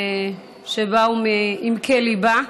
שבאו מעמקי ליבה,